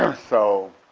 um so